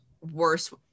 worse